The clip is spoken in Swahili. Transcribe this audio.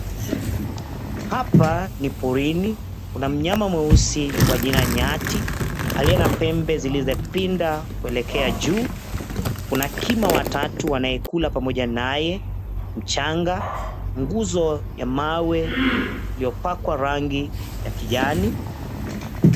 Hapa ni porini, kuna mnyama mweusi wa jina nyati aliye na pembe zilizopinda kuelekea juu. Kuna kima watatu wanaekula pamoja naye, mchanga, nguzo ya mawe iliyo pakwa rangi ya kijani.